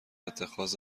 اتخاذ